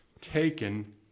taken